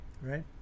right